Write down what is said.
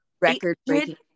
record-breaking